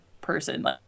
person